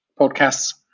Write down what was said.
podcasts